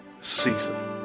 season